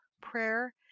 prayer